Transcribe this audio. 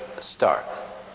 start